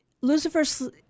Lucifer